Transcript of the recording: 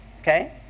Okay